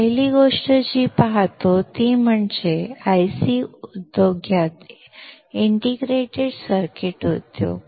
पहिली गोष्ट जी आपण पाहतो ती म्हणजे IC उद्योगात इंटिग्रेटेड सर्किट उद्योग